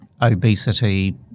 obesity